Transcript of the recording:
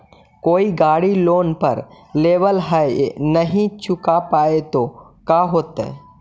कोई गाड़ी लोन पर लेबल है नही चुका पाए तो का होतई?